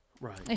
Right